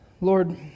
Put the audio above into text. Lord